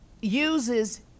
uses